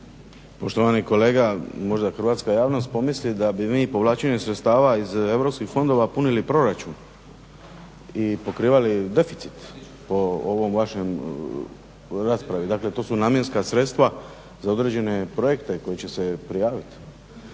Poštovani kolega, možda hrvatska javnost pomisli da bi mi povlačenjem sredstava iz europskih fondova punili proračun i pokrivali deficit po ovoj vašoj raspravi. Dakle to su namjenska sredstva za određene projekte koji će se prijavit,